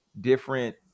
different